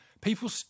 people